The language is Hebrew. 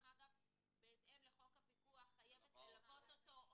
בהתאם לחוק הפיקוח חייבת ללוות אותו,